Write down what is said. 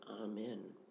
Amen